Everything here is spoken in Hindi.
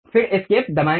फिर एस्केप दबाएं